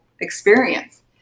experience